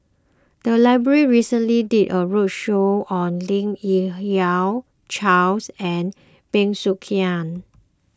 the library recently did a roadshow on Lim Yi Yong Charles and Bey Soo Khiang